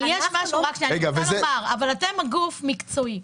אתם גוף מקצועי.